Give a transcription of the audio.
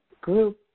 group